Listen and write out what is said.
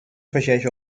afegeix